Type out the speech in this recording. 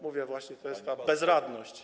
Mówię właśnie, to jest ta bezradność.